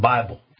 Bible